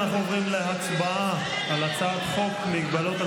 אנחנו עוברים להצבעה על הצעת חוק מגבלות על